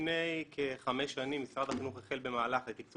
לפני כחמש שנים משרד החינוך החל במהלך לתקצוב